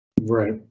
Right